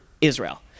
Israel